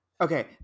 okay